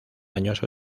años